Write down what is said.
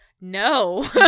No